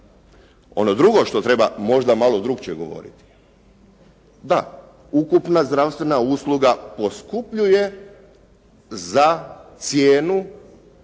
Ono drugo što treba možda malo drugačije govoriti. Da. Ukupna zdravstvena usluga poskupljuje za cijenu